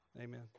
amen